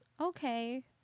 Okay